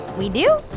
we do?